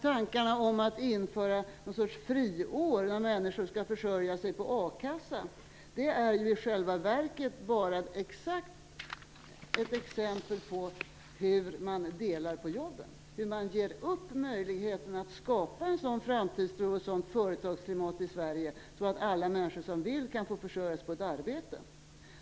Tankarna om att införa någon sorts friår då människor skall försörja sig på a-kassa är i själva verket bara ett exempel på hur man delar på jobben, hur man ger upp möjligheten att skapa en sådan framtidstro och ett sådant företagsklimat i Sverige att alla människor som vill kan försörja sig på ett arbete.